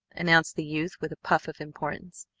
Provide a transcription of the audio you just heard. announced the youth with a puff of importance.